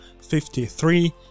53